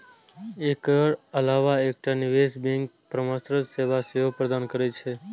एकर अलावा एकटा निवेश बैंक परामर्श सेवा सेहो प्रदान करै छै